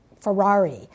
Ferrari